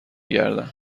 گردن